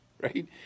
Right